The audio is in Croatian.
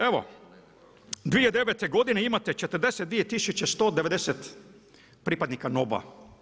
Evo, 2009. godine imate 42190 pripadnika noba.